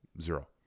zero